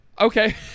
okay